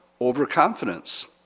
overconfidence